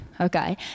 Okay